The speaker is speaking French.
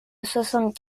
soixante